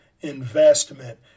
investment